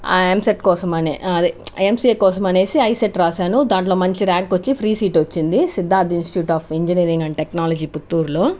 ఎంసెట్ కోసం అని అది ఎంసీఏ కోసం అని ఐసెట్ రాశాను దాంట్లో మంచి ర్యాంక్ వచ్చి ఫ్రీ సీట్ వచ్చింది Siddhartha institute of engineering and technology పుత్తూరులో